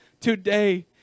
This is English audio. today